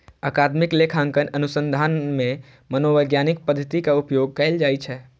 अकादमिक लेखांकन अनुसंधान मे वैज्ञानिक पद्धतिक उपयोग कैल जाइ छै